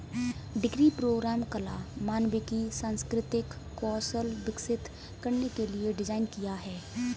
degree programme कला, मानविकी, सांस्कृतिक कौशल विकसित करने के लिए डिज़ाइन किया है